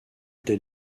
del